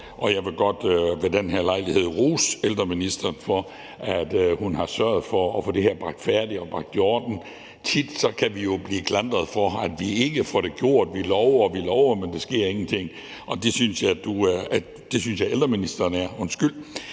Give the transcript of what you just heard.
Og jeg vil godt ved den her lejlighed rose ældreministeren for, at hun har sørget for at få det her gjort færdig og bragt i orden. Tit kan vi jo blive klandret for, at vi ikke får tingene gjort – vi lover, og vi lover, men der sker ingenting. Og der synes jeg, at ældreministeren er et